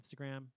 Instagram